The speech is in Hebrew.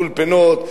אולפנות,